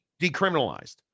decriminalized